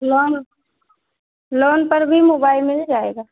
loan loan पर भी mobile मिल जाएगा